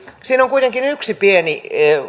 siinä on kuitenkin yksi pieni